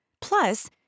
Plus